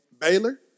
Baylor